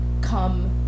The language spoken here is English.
come